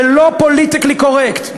זה לא פוליטיקלי קורקט,